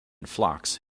flocks